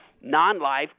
non-life